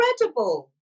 incredible